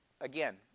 Again